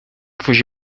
fugir